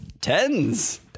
Tens